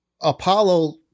Apollo